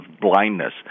blindness